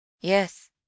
Yes